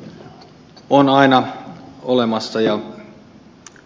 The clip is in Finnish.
niitä rikollisia on aina olemassa ja